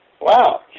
Wow